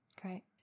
Great